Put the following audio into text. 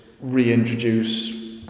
reintroduce